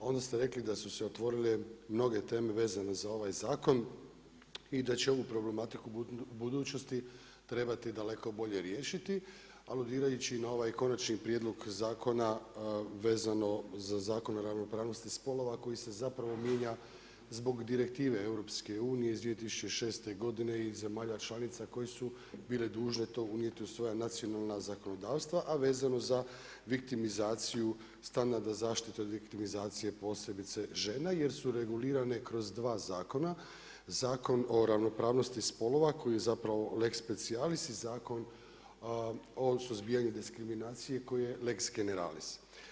Onda ste rekli da su se otvorile mnoge teme vezane uz ovaj zakon i da će ovu problematiku budućnosti trebati daleko bolje riješiti, aludirajući na ovaj konačni prijedloga zakona vezano za Zakon o ravnopravnosti spolova koji se zapravo mijenja zbog direktive EU iz 2006. godine i zemalja članica koje su bile dužne to unijeti u svoja nacionalna zakonodavstva, a vezano za viktimizaciju standarda zaštite od viktimizacije, posebice žena jer su regulirane kroz dva zakona, Zakon o ravnopravnosti spolova koji je zapravo lex specialis i Zakon o suzbijanju diskriminacije koji je lex generalis.